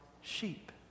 sheep